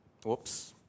whoops